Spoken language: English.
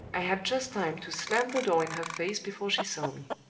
i had just time to slam the door in her face before she saw me.